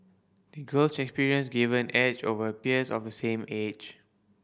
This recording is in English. the girl's experience gave her an edge over peers of the same age